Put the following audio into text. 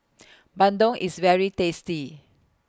Bandung IS very tasty